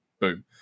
boom